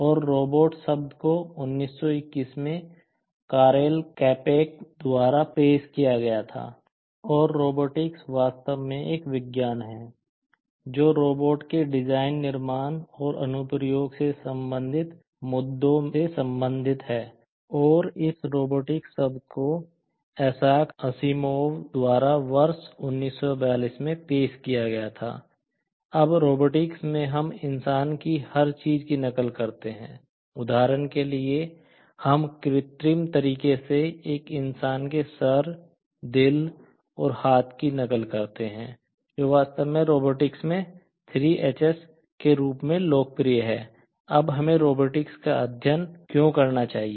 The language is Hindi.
और रिपीटेबिलिटी का अध्ययन क्यों करना चाहिए